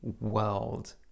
world